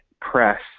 press